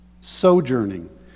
sojourning